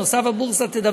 נוסף על כך,